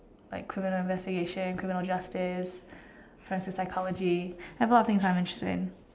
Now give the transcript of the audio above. like criminal investigation criminal justice friends in psychology I have a lot of things I'm interested in